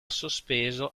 sospeso